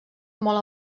molt